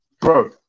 bro